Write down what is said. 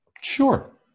Sure